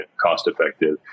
cost-effective